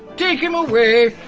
take him away!